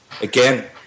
Again